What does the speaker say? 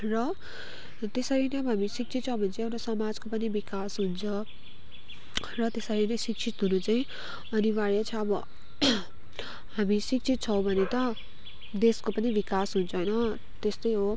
र त्यसरी नै अब हामी शिक्षित छ भने चाहिँ एउटा समाजको पनि विकास हुन्छ र त्यसरी नै शिक्षित हुनु चाहिँ अनिवार्य छ अब हामी शिक्षित छौँ भने त देशको पनि विकास हुन्छ होइन तेस्तै हो